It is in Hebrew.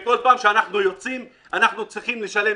כל פעם שאנחנו יוצאים אנחנו צריכים לשלם